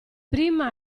prima